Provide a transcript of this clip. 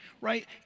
right